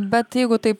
bet jeigu taip